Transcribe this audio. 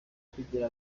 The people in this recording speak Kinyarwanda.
kugira